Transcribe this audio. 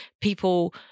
people